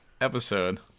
episode